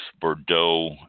Bordeaux